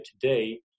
today